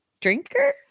drinker